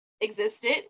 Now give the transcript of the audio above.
existed